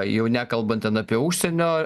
jau nekalbant ten apie užsienio